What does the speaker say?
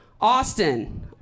Austin